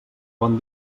bon